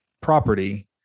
property